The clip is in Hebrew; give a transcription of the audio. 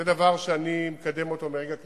זה דבר שאני מקדם אותו מרגע כניסתי.